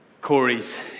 Corey's